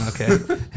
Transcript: Okay